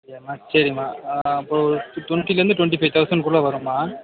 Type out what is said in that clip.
அப்படியாமா சரிமா இப்போ டொண்ட்டிலந்து டொண்ட்டி ஃபை தௌசண்ட் குள்ளே வருமா